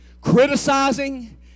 criticizing